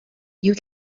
you